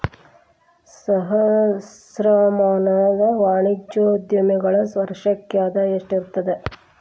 ಸಹಸ್ರಮಾನದ ವಾಣಿಜ್ಯೋದ್ಯಮಿಗಳ ವರ್ಷಕ್ಕ ಆದಾಯ ಎಷ್ಟಿರತದ